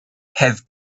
have